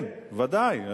ודאי.